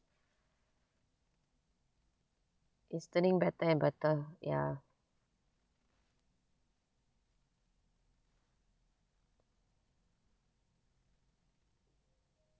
it's turning better and better ya